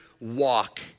walk